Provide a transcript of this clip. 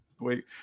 wait